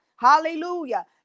Hallelujah